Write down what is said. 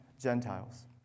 Gentiles